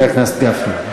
חבר הכנסת גפני.